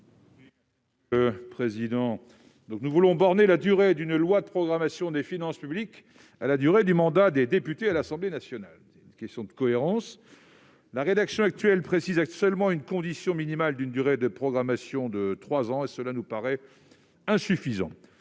M. Éric Bocquet. Nous voulons borner la durée d'une loi de programmation des finances publiques à celle du mandat des députés à l'Assemblée nationale. C'est une question de cohérence. La rédaction actuelle précise seulement une condition minimale de durée de programmation de trois ans, ce qui nous paraît insuffisant.